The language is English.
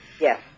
Yes